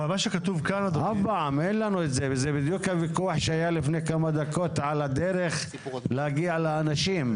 זה בדיוק הוויכוח שהיה לפני כמה דקות על הדרך להגיע לאנשים.